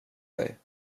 dig